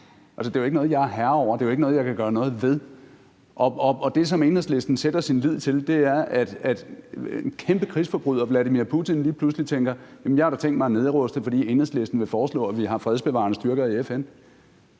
Det er jo ikke noget, jeg er herre over; det er jo ikke noget, jeg kan gøre noget ved. Og det, som Enhedslisten sætter sin lid til, er, at en kæmpe krigsforbryder, Vladimir Putin, lige pludselig tænker: Jeg har da tænkt mig at nedruste, fordi Enhedslisten vil foreslå, at vi har fredsbevarende styrker i FN.